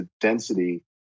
density